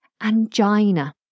angina